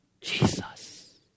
Jesus